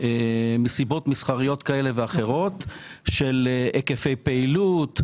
מסיבות מסחריות כאלה ואחרות של היקפי פעילות,